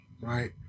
right